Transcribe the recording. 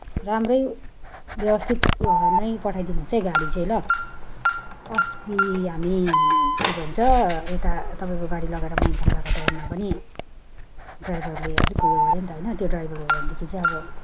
राम्रै व्यवस्थित नै पठाइदिनुहोस् है गाडी चाहिँ ल अस्ति हामी के भन्छ यता तपाईँको गाडी लगेर म मङपङको गएको टाइममा पनि ड्राइभरले अलिक उयो गऱ्यो नि त होइन त्यो ड्राइभर हो भनेदेखि चाहिँ अब